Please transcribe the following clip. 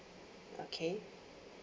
okay